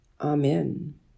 Amen